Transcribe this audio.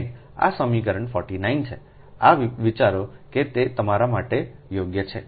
આ સમીકરણ 49 છેI વિચારો કે તે તમારા માટે યોગ્ય છે